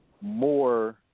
more –